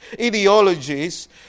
ideologies